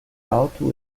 alto